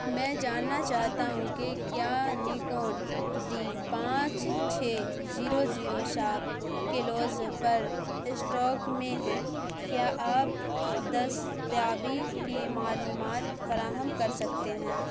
میں جاننا چاہتا ہوں کہ کیا نیکون ڈی پانچ چھ زیرو زیرو شاپ کلوز پر اسٹاک میں ہے کیا آپ دستیابی کی معلومات فراہم کر سکتے ہیں